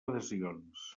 adhesions